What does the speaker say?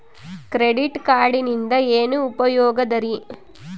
Credit ಕಾರ್ಡಿನಿಂದ ಏನು ಉಪಯೋಗದರಿ?